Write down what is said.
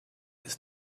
ist